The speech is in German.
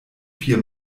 vier